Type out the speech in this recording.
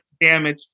damage